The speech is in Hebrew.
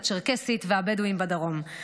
הצ'רקסית והבדואים בדרום.